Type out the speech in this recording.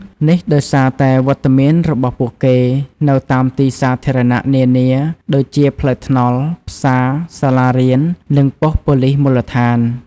នេះដោយសារតែវត្តមានរបស់ពួកគេនៅតាមទីសាធារណៈនានា ដូចជាផ្លូវថ្នល់ ផ្សារ សាលារៀន និងប៉ុស្តិ៍ប៉ូលិសមូលដ្ឋាន។